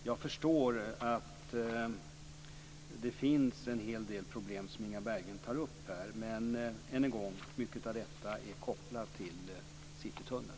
Jag förstår att det finns en hel del problem som Inga Berggren tar upp. Men än en gång: Mycket av detta är kopplat till Citytunneln.